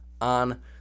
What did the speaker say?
on